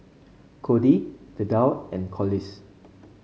Kody Vidal and Collis